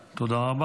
תודה רבה.